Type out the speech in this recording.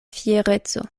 fiereco